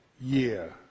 year